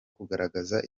kugaragaza